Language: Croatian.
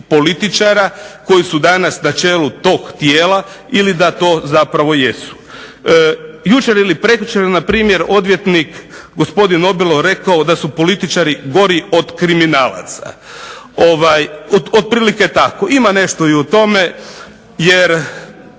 političara koji su danas na čelu tog tijela ili da to zapravo jesu. Jučer ili prekjučer npr. odvjetnik gospodin Nobilo rekao da su političari gori od kriminalaca. Otprilike tako. Ima nešto i u tome, jer